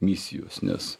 misijos nes